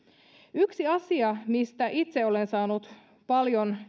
yksi asia mistä itse olen saanut paljon